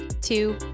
two